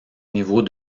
niveaux